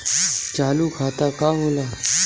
चालू खाता का होला?